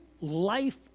life